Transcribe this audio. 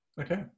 Okay